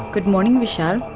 good morning, vishal.